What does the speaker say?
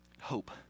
hope